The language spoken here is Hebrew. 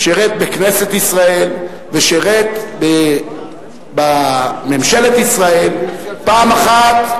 שירת בכנסת ישראל ושירת בממשלת ישראל פעם אחת,